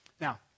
Now